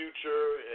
future